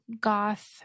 goth